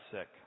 sick